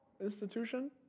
Institution